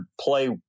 play